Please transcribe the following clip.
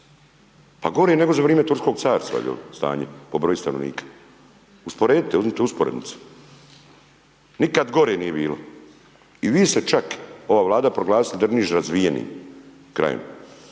pa gore je nego za vrime turskog Carstva stanje po broju stanovnika, usporedite, uzmite usporednicu, nikad gore nije bilo i vi ste čak, ova Vlada proglasili Drniš razvijenim krajem,